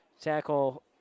Tackle